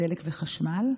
דלק וחשמל,